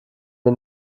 wir